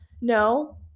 no